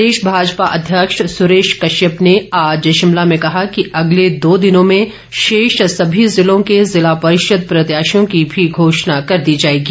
प्रदेश भाजपा अध्यक्ष सुरेश कश्यप ने आज शिमला में कहा कि अगले दो दिनों में शेष सभी जिलों के जिला परिषद प्रत्याशियों की भी घोषणा कर दी जाएगी